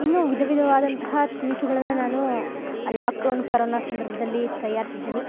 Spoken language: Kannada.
ಇನ್ನು ವಿಧ ವಿಧವಾದಂತಹ ತಿನಿಸುಗಳನ್ನು ನಾನು ಲಾಕ್ ಡೌನ್ ಕರೋನ ಸಂದರ್ಭದಲ್ಲಿ ತಯಾರಿಸಿದ್ದೀನಿ